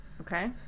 Okay